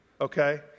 okay